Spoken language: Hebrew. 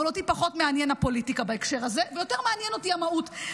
אבל אותי פחות מעניינת הפוליטיקה בהקשר הזה ויותר מעניינת אותי המהות.